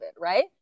right